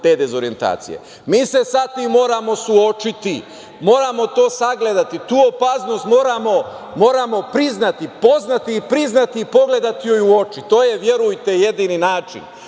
te dezorijentacije. Mi se sa tim moramo suočiti. Moramo to sagledati. Tu opasnost moramo poznati i priznati i pogledati joj u oči. To je verujte jedini